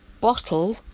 bottle